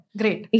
great